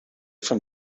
from